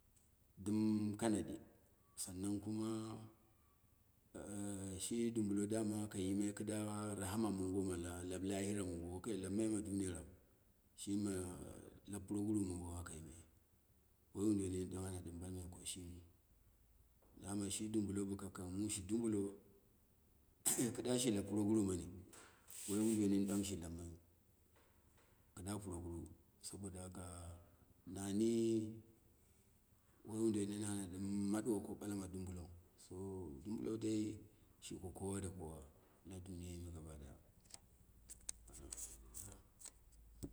Dɨm kanaɗi, san nan kuma shi dubulo kai yimai kɨda rahrama mongo ma laplahira mongo wakai lapmai ma duniya raushima lap puroguru mongo aka yimai woi woduwoi nin ɗong ana ɓalm ai ko shimi dama shi dubulo bako kang mu shi dubulo kida shi lap puroguru mani, woi wodu woi min ɗang shi lammayiu, kɨda puroguru, sabo haka nani woi woduwoi nin ana ɗɨm maɗuwo ko balama dubulou, sodubulo dei she ko kowa da la duniya me gaba ɗya